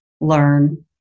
learn